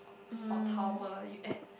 or tower you at